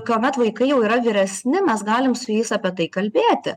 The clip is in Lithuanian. kuomet vaikai jau yra vyresni mes galim su jais apie tai kalbėti